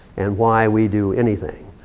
and why we do anything.